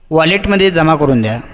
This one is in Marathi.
वालेटमधे जमा करुन द्या